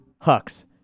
Hux